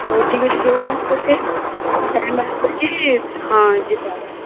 ହଉ ଠିକ୍ ଅଛି କେଉଁ ଦିନ ଗୋଟେ ଟାଇମ ବାହାର କରିକି ହଁ ଯିବା